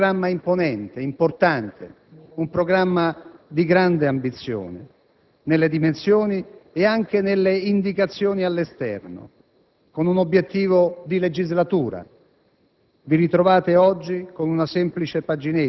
Siete partiti, signor Presidente, con un programma imponente e importante, di grande ambizione nelle dimensioni e nelle indicazioni all'esterno, e con un obiettivo di legislatura.